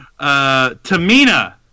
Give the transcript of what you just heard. Tamina